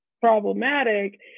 problematic